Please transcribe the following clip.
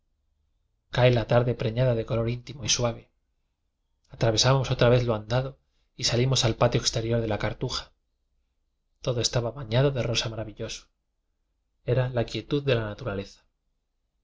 cae la tarde preñada de color ínfimo y suave atravesamos oirá vez lo andado y salimos al palio exte rior de la cartuja todo estaba bañado de rosa maravilloso era la quietud de la naturaleza